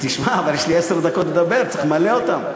יש לי עשר דקות לדבר, צריך למלא אותן.